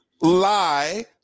lie